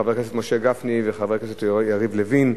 חבר הכנסת משה גפני וחבר הכנסת יריב לוין.